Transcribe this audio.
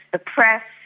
the press.